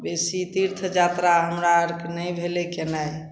बेसी तीर्थ जात्रा हमरा आरके नहि भेलै केनाइ